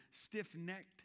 stiff-necked